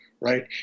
right